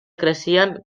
creixen